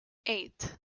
eight